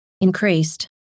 increased